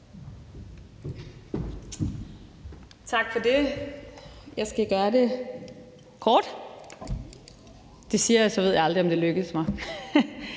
Tak for det. Jeg skal gøre det kort – det siger jeg, og så ved jeg aldrig, om det lykkes mig.